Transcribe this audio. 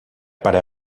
para